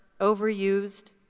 overused